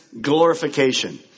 glorification